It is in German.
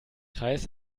kreis